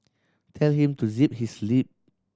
tell him to zip his lip